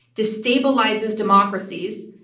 destabilizes democracies,